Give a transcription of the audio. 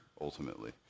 ultimately